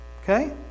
Okay